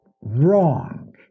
Wrong